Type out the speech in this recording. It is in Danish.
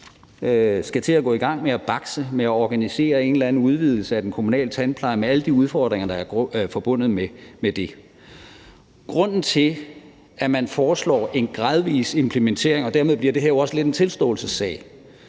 skal i gang med at bakse med at organisere en eller anden udvidelse af den kommunale tandpleje med alle de udfordringer, der er forbundet med det. Grunden til, at man foreslår en gradvis implementering – og dermed bliver det her jo lidt en tilståelsessag